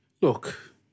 Look